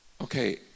Okay